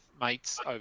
mates